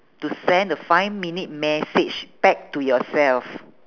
to send a five minute message back to yourself